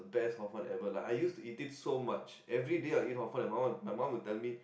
best Hor-Fun ever lah I used to eat it so much everyday I'll eat Hor-Fun and my mum my mum would tell me